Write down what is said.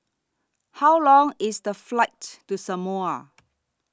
How Long IS The Flight to Samoa